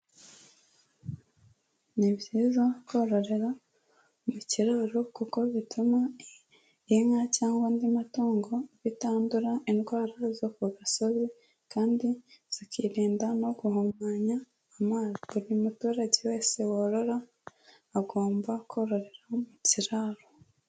Ni byiza kororera mu kiraro kuko bituma inka cyangwa andi matungo bitandura indwara zo ku gasozi, kandi zikirinda no guhumanya amazi, buri muturage wese worora agomba kororera mu kiraro.